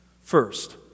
First